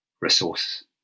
resource